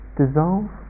dissolve